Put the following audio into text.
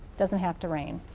doesn't have to rain.